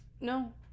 No